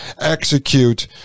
execute